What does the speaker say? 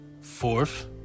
fourth